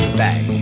back